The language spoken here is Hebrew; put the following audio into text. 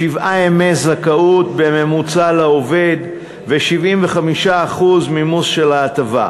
שבעה ימי זכאות בממוצע לעובד ו-75% מימוש של ההטבה.